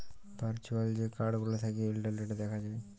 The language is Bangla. ভার্চুয়াল যে কাড় গুলা থ্যাকে ইলটারলেটে দ্যাখা যায়